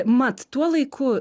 mat tuo laiku